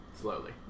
Slowly